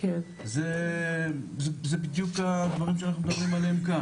זה בדיוק הדברים שאנחנו מדברים עליהם כאן.